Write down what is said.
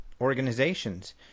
organizations